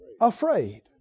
Afraid